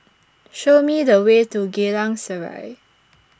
Show Me The Way to Geylang Serai